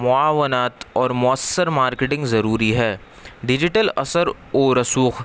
معاونت اور مؤثر مارکیٹنگ ضروری ہے ڈیجیٹل اثر و رسوخ